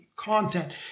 content